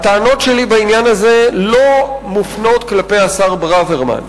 הטענות שלי בעניין הזה לא מופנות כלפי השר ברוורמן.